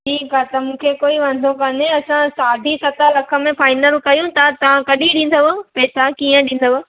ठीकु आहे त मूंखे कोई वांदो कान्हे असां साढी सत लख में फाइनल कयूं था तव्हां कॾहिं ॾींदव पैसा कीअं ॾींदव